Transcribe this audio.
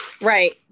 right